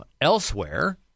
Elsewhere